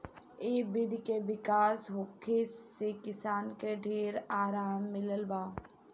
ए विधि के विकास होखे से किसान के ढेर आराम मिलल बा